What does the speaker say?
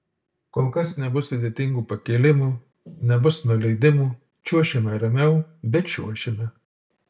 kol kas nebus sudėtingų pakėlimų nebus nuleidimų čiuošime ramiau bet čiuošime